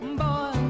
boy